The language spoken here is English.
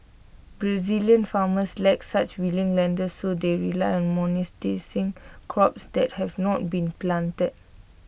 Brazilian farmers lack such willing lenders so they rely on monetising crops that have not been planted